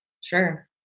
Sure